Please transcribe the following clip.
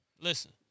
listen